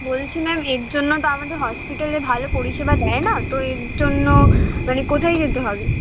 বলছি ম্যাম এর জন্য তো আমাদের হসপিটালে ভালো পরিষেবা দেয় না তো এ জ্ন্য মানে কোথায় যেতে হবে